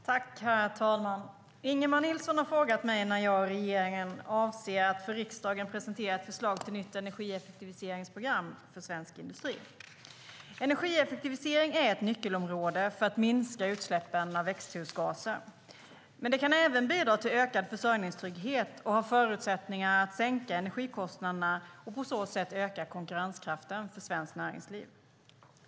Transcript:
Herr talman! Ingemar Nilsson har frågat mig när jag och regeringen avser att för riksdagen presentera ett förslag till nytt energieffektiviseringsprogram för svensk industri. Energieffektivisering är ett nyckelområde för att minska utsläppen av växthusgaser. Det kan även bidra till ökad försörjningstrygghet och har förutsättningar att sänka energikostnaderna och på så sätt öka konkurrenskraften för svenskt näringsliv.